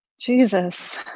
Jesus